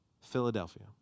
Philadelphia